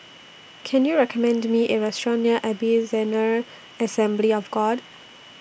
Can YOU recommend Me A Restaurant near Ebenezer Assembly of God